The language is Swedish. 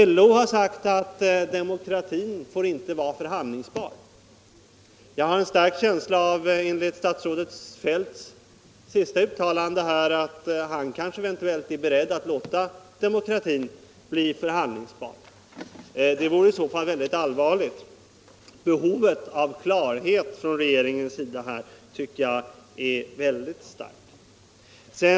LO har sagt att demokratin inte får vara förhandlingsbar. Jag har efter statsrådet Feldts senaste uttalande en stark känsla av att han eventuellt är beredd att låta demokratin bli förhandlingsbar. Det vore i så fall allvarligt. Behovet av ett klarläggande uttalande från regeringen i detta avseende tycker jag är mycket starkt.